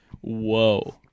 whoa